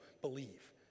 believe